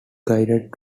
guided